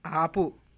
ఆపు